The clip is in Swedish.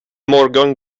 morgon